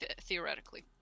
theoretically